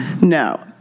No